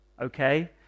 Okay